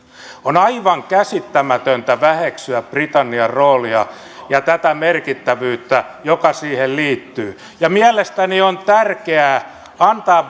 on aivan käsittämätöntä väheksyä britannian roolia ja tätä merkittävyyttä joka siihen liittyy mielestäni on tärkeää antaa